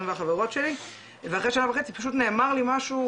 והחברות שלי ואחרי שנה וחצי פשוט נאמר לי משהו,